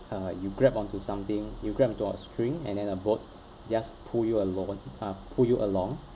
uh you grabbed onto something you grab onto a string and then a boat just pull you alone uh pull you along